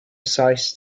sized